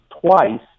twice